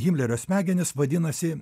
himlerio smegenys vadinasi